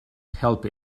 help